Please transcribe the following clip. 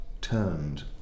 turned